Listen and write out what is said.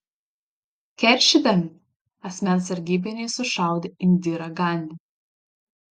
keršydami asmens sargybiniai sušaudė indirą gandi